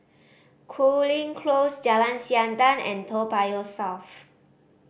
Cooling Close Jalan Siantan and Toa Payoh South